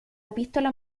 epístola